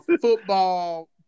football